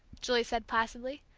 julie said placidly.